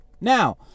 now